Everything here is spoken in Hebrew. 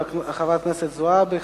חברת הכנסת זועבי,